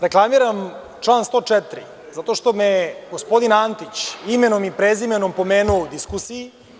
Reklamiram član 104. zato što me je gospodin Antić imenom i prezimenom pomenuo u diskusiji.